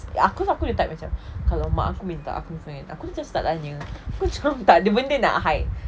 aku aku reply aku macam kalau mak aku minta aku phone I aku macam tak tanya aku macam tak ada benda nak hide